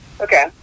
okay